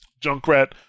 Junkrat